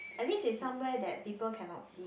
at least is somewhere that people cannot see